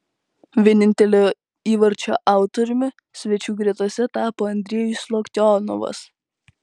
vienintelio įvarčio autoriumi svečių gretose tapo andrejus loktionovas